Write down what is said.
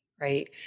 right